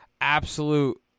absolute